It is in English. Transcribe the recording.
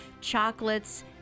chocolates